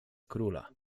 króla